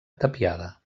tapiada